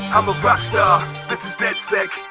i'm a rockstar this is deadsec,